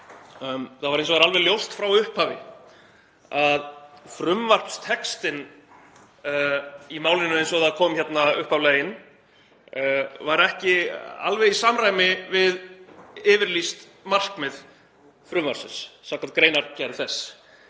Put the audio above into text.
Það var hins vegar alveg ljóst frá upphafi að frumvarpstextinn í málinu eins og það kom upphaflega inn var ekki alveg í samræmi við yfirlýst markmið frumvarpsins samkvæmt greinargerð þess.